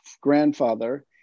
grandfather